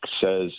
says